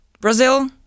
Brazil